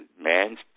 man's